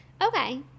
Okay